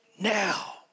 now